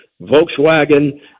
Volkswagen